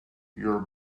your